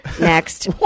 next